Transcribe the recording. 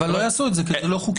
אבל לא יעשו את זה כי זה לא חוקי.